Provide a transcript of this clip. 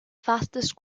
fastest